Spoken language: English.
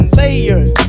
layers